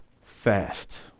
fast